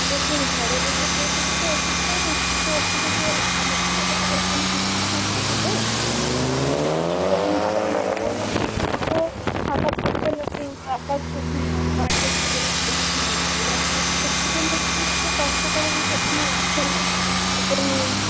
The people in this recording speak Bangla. দেখুন ঘরে বসে পরীক্ষা দিতে তো অসুবিধা নেই কিন্তু ওখানে যে আমাদের তো কারোষ কোনও টিচারকে থাকতে হবে তো সেরকমভাবে আমাদের কোনও শিক্ষকও ফাঁকা থাকবে না যে আপনার জন্য ওর বাড়িতে যেয়ে কোনও পরীক্ষা নেবে বলে তো সেজন্য যদি একটু কষ্ট করে যদি আপনি আসেন ওকে নিয়ে